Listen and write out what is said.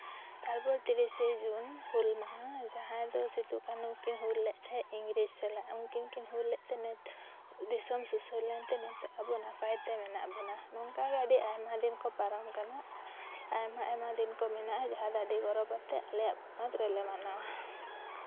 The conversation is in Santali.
ᱛᱟᱨᱯᱚᱨ ᱛᱤᱨᱤᱥᱟ ᱡᱩᱱ ᱦᱩᱞᱢᱟᱦᱟ ᱡᱟᱦᱟᱸᱫᱚ ᱥᱤᱫᱩ ᱠᱟ ᱱᱩ ᱠᱤᱱ ᱦᱩᱞ ᱞᱮᱫ ᱛᱟᱦᱮᱸᱫ ᱤᱝᱨᱮᱡᱽ ᱥᱟᱞᱟᱜ ᱩᱱᱠᱤᱱ ᱠᱤᱱ ᱦᱩᱞ ᱞᱮᱫ ᱛᱮ ᱱᱤᱛ ᱫᱤᱥᱚᱢ ᱥᱩᱥᱟᱹᱨ ᱞᱮᱱᱛᱮ ᱱᱤᱛᱳᱜ ᱟᱵᱚ ᱱᱟᱯᱟᱭ ᱛᱮ ᱢᱮᱱᱟᱜ ᱵᱚᱱᱟ ᱱᱚᱝᱠᱟ ᱜᱮ ᱟᱹᱰᱤ ᱟᱭᱢᱟ ᱫᱤᱱ ᱠᱚ ᱯᱟᱨᱚᱢᱟᱠᱟᱱᱟ ᱟᱭᱢᱟ ᱟᱭᱢᱟ ᱫᱤᱱ ᱠᱚ ᱢᱮᱱᱟᱜᱼᱟ ᱡᱟᱦᱟᱸᱫᱚ ᱟᱹᱰᱤ ᱜᱚᱨᱚᱵᱟᱛᱮ ᱟᱞᱮᱭᱟᱜ ᱯᱚᱱᱚᱛ ᱨᱮᱞᱮ ᱢᱟᱱᱟᱣᱟ